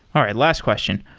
all right, last question.